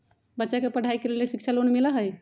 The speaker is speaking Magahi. बच्चा के पढ़ाई के लेर शिक्षा लोन मिलहई?